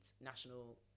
national